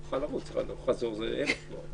נוכל קצת לרוץ, הלוך חזור זה 1,000 כבר.